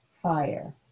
Fire